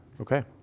Okay